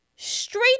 straight